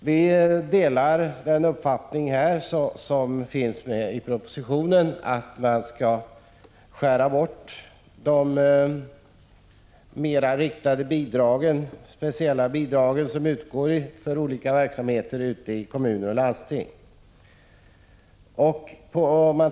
Vi delar den uppfattning som kommer till uttryck i propositionen, nämligen den att man bör skära bort de mer speciella bidragen för olika verksamheter i kommuner och landsting.